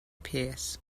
piece